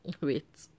wait